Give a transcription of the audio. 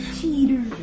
Cheater